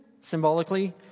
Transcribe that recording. symbolically